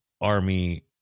army